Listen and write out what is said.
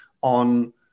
on